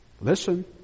listen